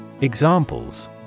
Examples